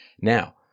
Now